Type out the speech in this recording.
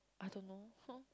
I don't know